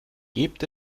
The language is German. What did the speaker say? gibt